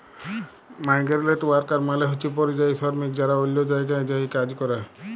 migrant worker মালে হছে পরিযায়ী শরমিক যারা অল্য জায়গায় যাঁয়ে কাজ ক্যরে